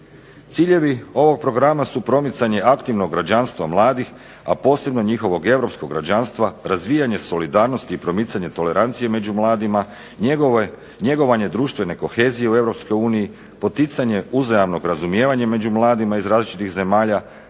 Ciljevi ovog programa su promicanje aktivnog građanstva mladih, a posebno njihovog europskog građanstva, razvijanje solidarnosti i promicanje tolerancije među mladima, njegovanje društvene kohezije u Europskoj uniji, poticanje uzajamnog razumijevanja među mladima iz različitih zemalja,